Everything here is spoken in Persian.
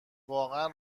واقعا